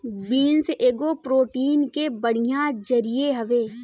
beans एगो protein के बढ़िया जरिया हवे